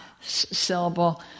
syllable